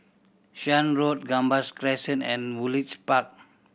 Shan Road Gambas Crescent and Woodleigh Park